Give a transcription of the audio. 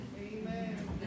Amen